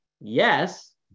Yes